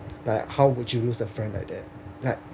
but how would you lose a friend like that like